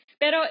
Pero